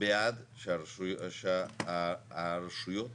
בעד שהרשויות